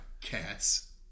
Cats